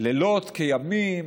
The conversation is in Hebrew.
לילות כימים,